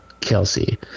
Kelsey